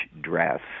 dress